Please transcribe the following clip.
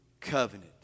covenant